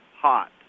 hot